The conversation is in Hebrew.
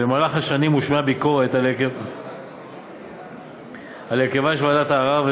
במהלך השנים הושמעה ביקורת על הרכבה של ועדת הערר,